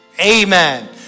Amen